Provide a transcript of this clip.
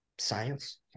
science